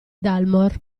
dalmor